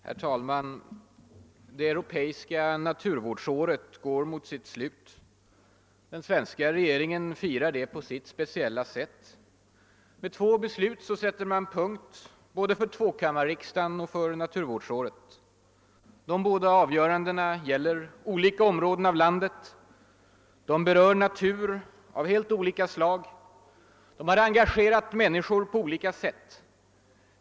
Herr talman! Det europeiska naturvårdsåret går mot sitt slut. Den svenska regeringen firar det på sitt särskilda sätt. Med två beslut sätter man punkt både för tvåkammarriksdagen och för naturvårdsåret. De båda avgörandena gäller olika områden av landet. De berör natur av helt olika slag. De har engagerat människor på olika sätt.